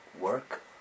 Work